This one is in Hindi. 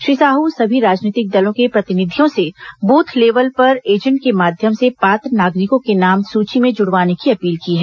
श्री साहू सभी राजनीतिक दलों के प्रतिनिधियों से बूथ लेवल पर एजेंट के माध्यम से पात्र नागरिकों के नाम सूची में जुड़वाने की अपील की हैं